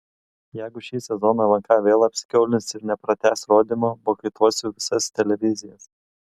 jeigu šį sezoną lnk vėl apsikiaulins ir nepratęs rodymo boikotuosiu visas televizijas